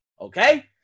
Okay